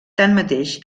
tanmateix